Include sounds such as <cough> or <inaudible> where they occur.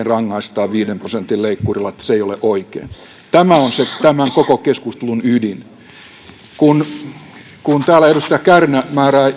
<unintelligible> rangaistaan viiden prosentin leikkurilla sen jälkeen jos työpaikkaa ei ole löytynyt tämä on se tämän koko keskustelun ydin kun kun täällä edustaja kärnä